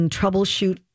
troubleshoot